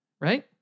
right